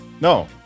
No